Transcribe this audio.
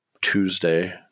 tuesday